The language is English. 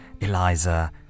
Eliza